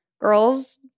girls